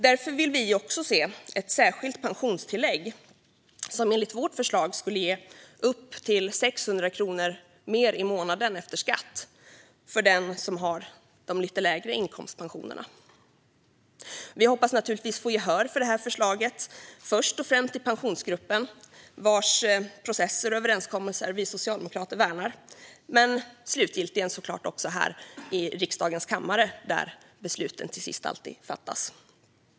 Därför vill vi se ett särskilt pensionstillägg, som enligt vårt förslag skulle ge upp till 600 kronor mer i månaden efter skatt för dem som har de lite lägre inkomstpensionerna. Vi hoppas naturligtvis få gehör för det förslaget, först och främst i Pensionsgruppen, vars processer och överenskommelser vi socialdemokrater värnar, men såklart också här i riksdagens kammare, där besluten till sist alltid fattas.